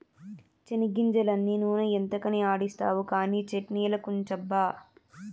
చెనిగ్గింజలన్నీ నూనె ఎంతకని ఆడిస్తావు కానీ చట్ట్నిలకుంచబ్బా